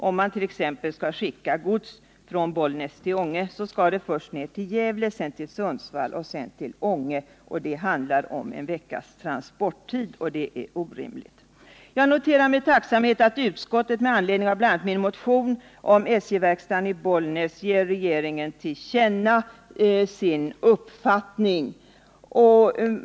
Om man t.ex. skall skicka gods från Bollnäs till Ånge, så skall det först ned till Gävle, sedan till Sundsvall och därefter till Ånge. Det handlar om en veckas transporttid, och det är orimligt. Jag noterar med tacksamhet att utskottet med anledning av bl.a. min motion om SJ-verkstaden i Bollnäs ger regeringen till känna sin uppfattning.